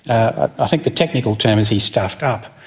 ah i think the technical term is he stuffed up.